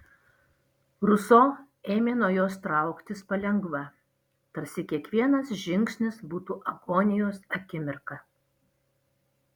ruso ėmė nuo jos trauktis palengva tarsi kiekvienas žingsnis būtų agonijos akimirka